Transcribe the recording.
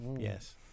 Yes